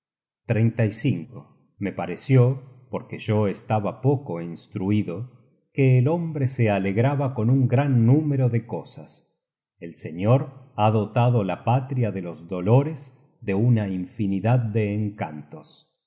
me pareció porque yo estaba poco instruido que el hombre se alegraba con un gran número de cosas el señor ha dotado la patria de los dolores de una infinidad de encantos